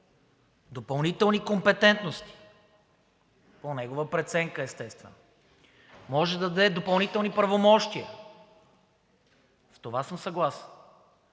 допълнителни компетентности по негова преценка, естествено, може да даде допълнителни правомощия – с това съм съгласен.